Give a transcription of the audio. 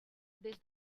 des